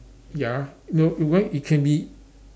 ya no if you want it can be